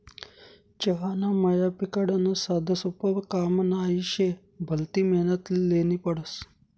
चहाना मया पिकाडनं साधंसोपं काम नही शे, भलती मेहनत ल्हेनी पडस